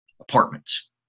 apartments